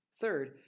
Third